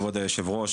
כבוד היושב-ראש,